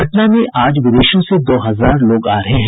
पटना में आज विदेशों से दो हजार लोग आ रहे हैं